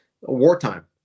Wartime